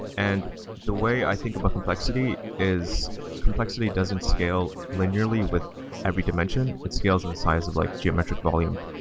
and the way i think of a complexity is complexity doesn't scale linearly with every dimension. it scales in the size of like geometric volume.